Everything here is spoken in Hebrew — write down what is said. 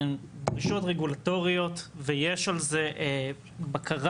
הן רשויות רגולטוריות ויש על זה בקרה